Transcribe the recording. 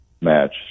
match